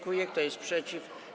Kto jest przeciw?